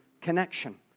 connection